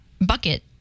bucket